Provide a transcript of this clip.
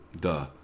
duh